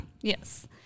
Yes